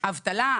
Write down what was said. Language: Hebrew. אבטלה,